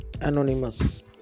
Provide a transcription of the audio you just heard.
anonymous